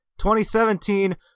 2017